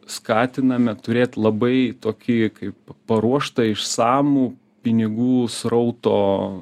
skatiname turėt labai tokį kaip paruoštą išsamų pinigų srauto